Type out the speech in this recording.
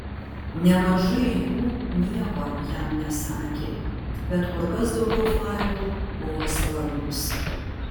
nemažai jų nieko jam nesakė bet kur kas daugiau failų buvo svarbūs